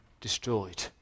destroyed